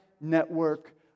network